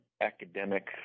academic